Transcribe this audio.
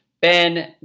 Ben